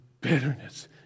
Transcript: bitterness